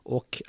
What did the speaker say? Och